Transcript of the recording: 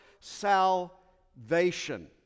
salvation